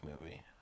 movie